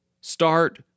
start